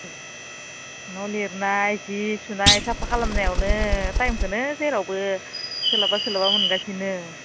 न' लिरनाय सि सुनाय साफा खालामनायावनो टाइमखौनो जेरावबो सोलाबा सोलाबा मोनगासिनो